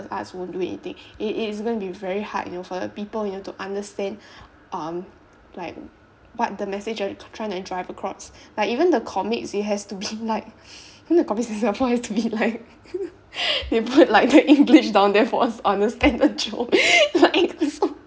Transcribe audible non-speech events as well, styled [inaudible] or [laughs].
arts won't doing anything it is going to be very hard you know for the people you know to understand um like what the message you trying to drive across like even the comics it has to be like the comics in singapore have to be like [laughs] they put like the english down there for us to understand the jokes [laughs] so